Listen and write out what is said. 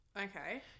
Okay